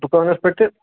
دُکانَس پٮ۪ٹھ تہِ